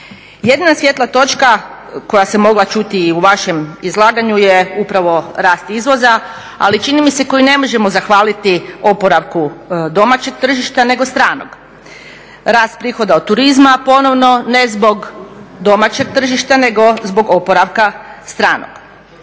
Jedina svijetla točka koja se mogla čuti u vašem izlaganju je upravo rast izvoza, ali čini mi se koji ne možemo zahvaliti oporavku domaćeg tržišta nego stranog. Rast prihoda od turizma ponovno, ne zbog domaćeg tržišta nego zbog oporavka stranog.